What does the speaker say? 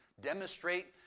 demonstrate